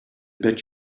bet